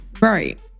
Right